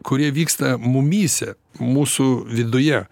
kurie vyksta mumyse mūsų viduje